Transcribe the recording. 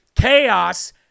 chaos